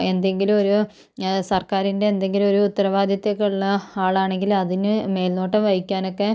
എന്തെങ്കിലൊരു സർക്കാരിൻ്റെ എന്തെങ്കിലൊരു ഉത്തരവാദിത്വമൊക്കെ ഉള്ള ആളാണെങ്കിൽ അതിനു മേൽനോട്ടം വഹിക്കാനൊക്കെ